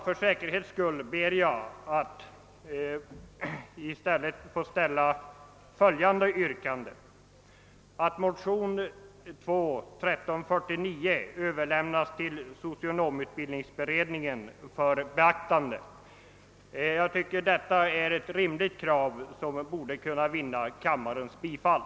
För säkerhets skull ber jag, herr talman, att få ställa följande yrkande: att motionen II: 1349 överlämnas till socionomutbildningsberedningen för beaktande. Jag tycker att detta är ett rimligt krav som borde kunna få kammarens bifall.